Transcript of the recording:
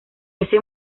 este